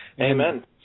Amen